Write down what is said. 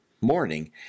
morning